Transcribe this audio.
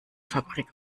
fabrik